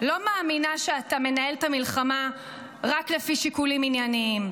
לא מאמינה שאתה מנהל את המלחמה רק לפי שיקולים ענייניים,